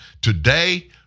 Today